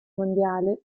mondiale